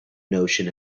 notion